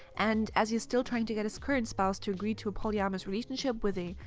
and as he is still trying to get his current spouse to agree to a polyamorous relationship with a,